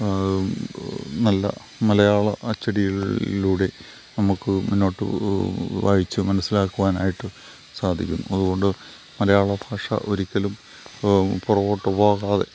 നല്ല മലയാള അച്ചടിയിലൂടെ നമുക്ക് മുന്നോട്ട് വായിച്ചു മനസ്സിലാക്കുവാനായിട്ട് സാധിക്കുന്നു അതുകൊണ്ട് മലയാളഭാഷ ഒരിക്കലും പുറകോട്ട് പോകാതെ